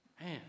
Man